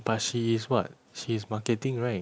but she is what she is marketing right